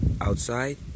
outside